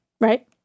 right